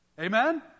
Amen